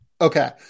Okay